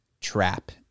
trap